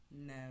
no